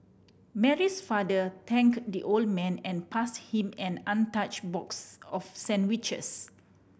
Mary's father thank the old man and pass him an untouch box of sandwiches